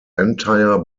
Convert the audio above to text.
entire